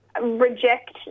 reject